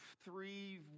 three